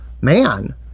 man